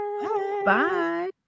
bye